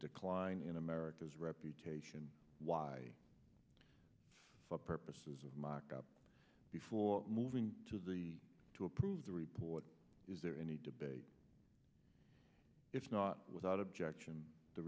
decline in america's reputation why the purposes of mock up before moving to the to approve the report is there any debate if not without objection t